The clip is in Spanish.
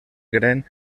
green